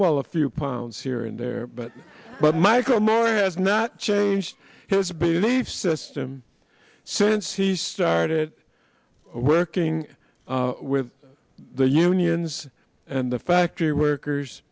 well a few pounds here and there but michael moore or has not changed his belief system since he started working with the unions and the factory workers